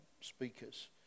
speakers